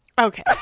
Okay